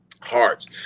hearts